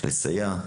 הרקטום.